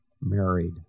married